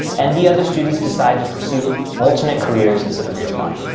and the other students decide to pursue alternate careers instead of reapplying.